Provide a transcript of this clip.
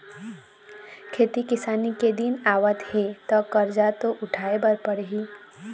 खेती किसानी के दिन आवत हे त करजा तो उठाए बर परही